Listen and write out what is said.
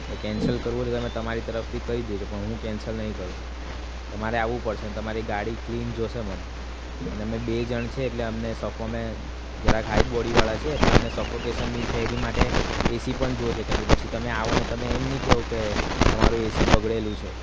હવે કેન્સલ કરવું એટલે તમે તમારી તરફથી કરી દેજો પણ હું કેન્સલ નહીં કરું તમારે આવવું પડશે ને તમારી ગાડી ક્લીન જોઈશે મને અને અમે બે જણ છીએ એટલે અમને સફો મે જરાક હાઇટ બોડીવાળા છીએ એટલે અમને સફોકેસન નહીં થાય એની માટે એસી પણ જોઇશે કેમકે પછી તમે આવો ને તમે એમ નહીં કહો કે તમારું એસી બગડેલું છે